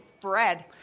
Bread